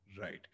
Right